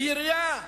בירייה,